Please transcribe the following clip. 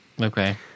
Okay